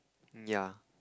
ya